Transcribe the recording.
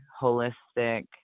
holistic